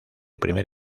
primer